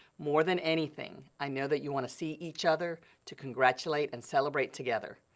more than anything, i know that you want to see each other to congratulate and celebrate together.